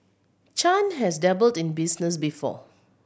Chan has dabbled in business before